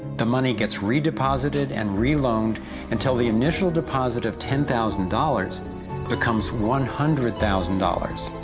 the money gets re-deposited and re-loaned until the initial deposit of ten thousand dollars becomes one hundred thousand dollars.